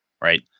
right